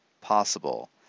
possible